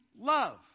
love